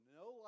no